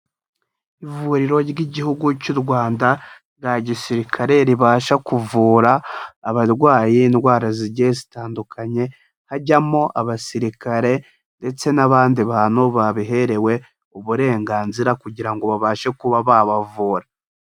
Ivuriro ry'Igihugu cy'u Rwanda rya gisirikare ribasha kuvura abarwaye indwara zigiye zitandukanye, hajyamo abasirikare ndetse n'abandi bantu babiherewe uburenganzira kugira ngo babashe kuba babavura.